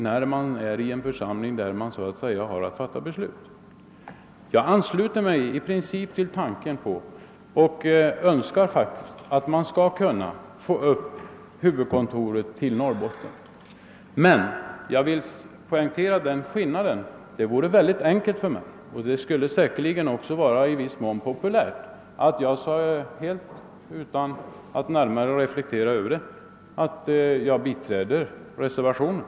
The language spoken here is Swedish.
Jag ansluter mig i princip till tanken på en förflyttning och önskar faktiskt att man skulle kunna få upp huvudkontoret till Norrbotten. Det skulle säkert också i viss mån vara populärt, om jag utan att närmare reflektera över det sade att jag biträder reservationen.